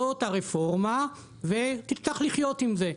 זאת הרפורמה ותצטרך לחיות עם זה.